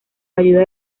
ayuda